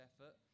effort